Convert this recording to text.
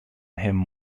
him